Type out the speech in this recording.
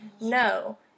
No